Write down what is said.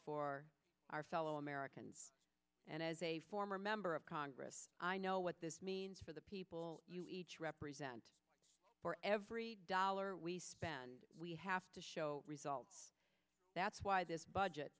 for our fellow americans and as a former member of congress i know what this means for the people you each represent for every dollar we spend we have to show results that's why this budget